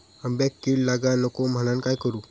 आंब्यक कीड लागाक नको म्हनान काय करू?